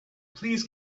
please